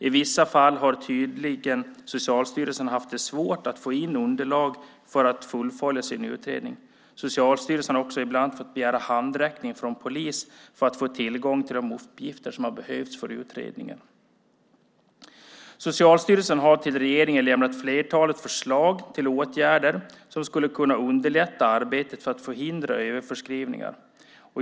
I vissa fall har Socialstyrelsen tydligen haft svårt att få in underlag för att fullfölja sin utredning. Socialstyrelsen har också ibland fått begära handräckning från polis för att få tillgång till de uppgifter som har behövts för utredningen. Socialstyrelsen har till regeringen lämnat flertalet förslag till åtgärder som skulle kunna underlätta arbetet för att förhindra överförskrivningar.